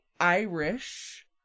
Irish